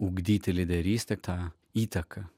ugdyti lyderystę tą įtaką